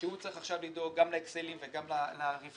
שהוא צריך עכשיו לדאוג גם לאקסלים וגם לרווחיות